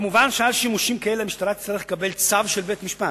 מובן שלשימושים כאלה המשטרה תצטרך לקבל צו של בית-משפט,